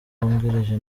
wungirije